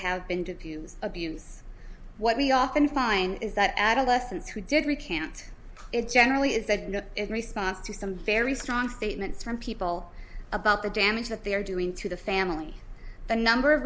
have been to use abuse what we often find is that adolescents who did recant it generally is that not in response to some very strong statements from people about the damage that they are doing to the family the number of